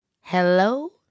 Hello